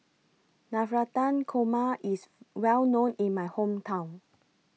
Navratan Korma IS Well known in My Hometown